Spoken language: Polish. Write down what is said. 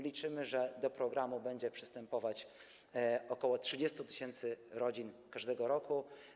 Liczymy na to, że do programu będzie przystępować ok. 30 tys. rodzin każdego roku.